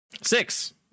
Six